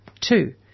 Two